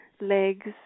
legs